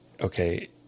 okay